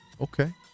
Okay